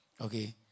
Okay